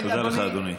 אדוני,